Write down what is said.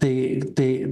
tai tai